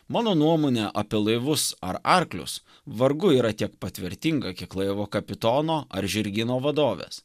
mano nuomonė apie laivus ar arklius vargu yra tiek pat vertinga kiek laivo kapitono ar žirgyno vadovės